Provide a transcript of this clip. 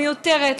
מיותרת,